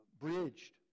bridged